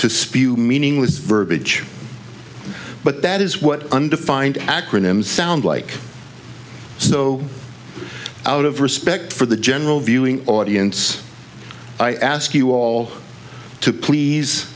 spew meaningless verbiage but that is what undefined acronym sound like so out of respect for the general viewing audience i ask you all to please